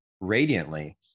radiantly